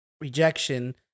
rejection